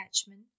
attachment